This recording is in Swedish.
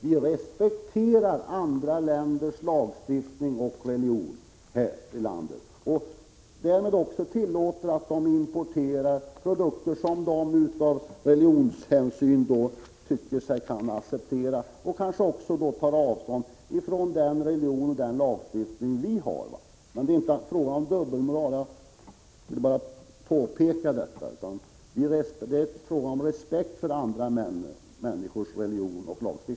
Vi respekterar andra länders lagstiftning och religion och tillåter därmed import av kött som dessa människor av religionshänsyn anser sig kunna acceptera, liksom vi respekterar att de kanske tar avstånd från den religion och den lagstifning som vi har. Det är inte fråga om dubbelmoral. Det är fråga om respekt för andra människors religion och lagstiftning.